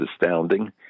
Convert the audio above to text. astounding